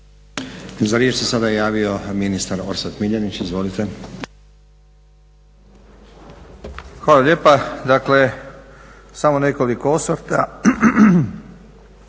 Za riječ se sada javio ministar Orsat Miljenić. Izvolite. **Miljenić, Orsat** Hvala lijepa. Dakle, samo nekoliko osvrta.